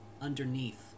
underneath